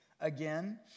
again